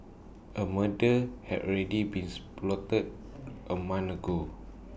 A murder had ready bees plotted A month ago